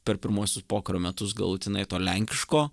per pirmuosius pokario metus galutinai to lenkiško